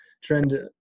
trend